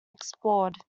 explored